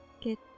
get